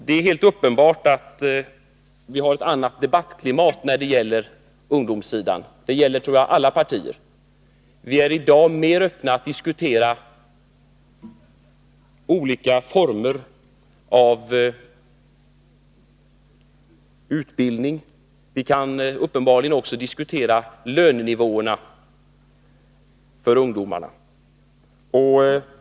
Det är helt uppenbart att vi har ett annat debattklimat när det gäller ungdomsfrågorna — det gäller, tror jag, alla partier. Vi är i dag mer öppna att diskutera olika former av utbildning. Vi kan uppenbarligen också diskutera lönenivåerna för ungdomarna.